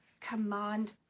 command